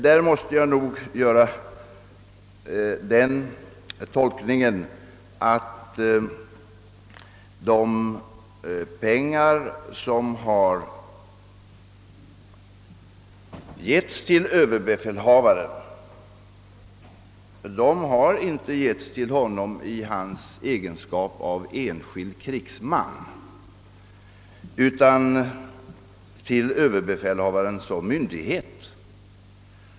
Därvidlag måste jag hävda den tolkningen att de pengar som överbefälhavaren fått inte har överlämnats till honom i hans egenskap av enskild krigsman utan till överbefälhavaren som myndighet.